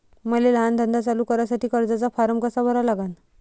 मले लहान धंदा चालू करासाठी कर्जाचा फारम कसा भरा लागन?